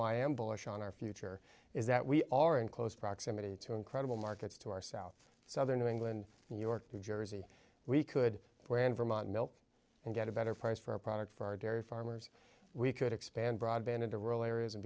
i am bullish on our future is that we are in close proximity to incredible markets to our south southern new england new york new jersey we could where in vermont milk and get a better price for a product for our dairy farmers we could expand broadband into rural areas and